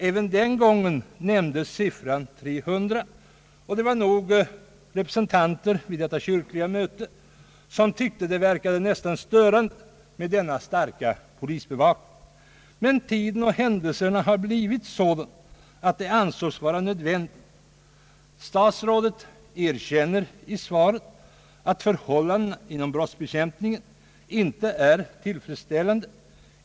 även den gången nämndes siffran 300. Det var nog deltagare i detta kyrkliga möte som tyckte att det nästan verkade störande med denna starka polisbevakning. Men tiden och händelserna har blivit sådana att det ansågs nödvändigt. Statsrådet erkänner i svaret, att förhållandena inom brottsbekämpningen inte är tillfredsställande.